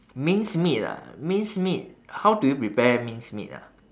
minced meat ah minced meat how do you prepare minced meat ah